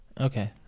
Okay